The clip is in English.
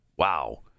Wow